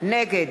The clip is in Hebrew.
נגד